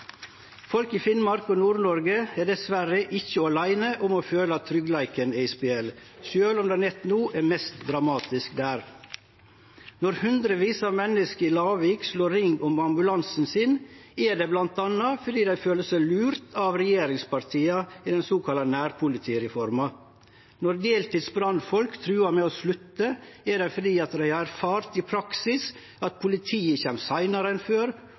Folk i Finnmark, og i Nord-Norge, er dessverre ikkje åleine om å føle at tryggleiken er i spel, sjølv om det nett no er mest dramatisk der. Når hundrevis av menneske i Larvik slår ring om ambulansen sin, er det bl.a. fordi dei føler seg lurte av regjeringspartia i den såkalla nærpolitireforma. Når deltids brannfolk trugar med å slutte, er det fordi dei har erfart i praksis at politiet kjem seinare enn før,